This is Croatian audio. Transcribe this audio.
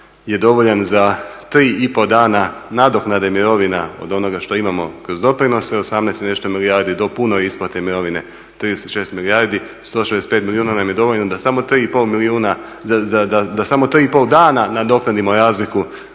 je dovoljan za tri i pol dana nadoknade mirovina od onoga što imamo kroz doprinose. 18 i nešto milijardi do pune isplate mirovine 36 milijardi, 165 milijuna nam je dovoljno da samo 3 i pol dana nadoknadimo razliku.